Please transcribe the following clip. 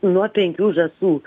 nuo penkių žąsų